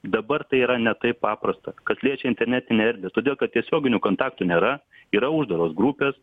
dabar tai yra ne taip paprasta kas liečia internetinę erdvę todėl kad tiesioginių kontaktų nėra yra uždaros grupės